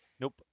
Nope